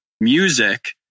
music